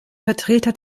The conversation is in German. vertreter